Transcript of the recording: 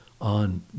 on